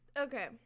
Okay